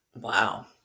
wow